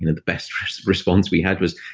and the best response we had was,